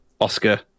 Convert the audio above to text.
Oscar